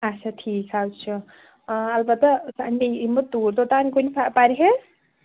اچھا ٹھیٖک حظ چھُ البتہ سَنڈے یِمہٕ بہٕ توٗرۍ توٚتانۍ کُنہ پرہیٚز